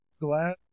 glad